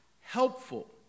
helpful